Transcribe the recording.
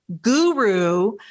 guru